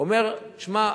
הוא אומר: שמע,